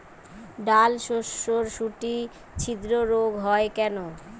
ডালশস্যর শুটি ছিদ্র রোগ হয় কেন?